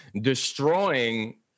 destroying